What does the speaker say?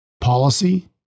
policy